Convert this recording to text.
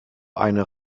eine